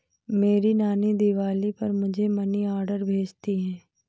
मेरी नानी दिवाली पर मुझे मनी ऑर्डर भेजती है